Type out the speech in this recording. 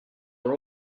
were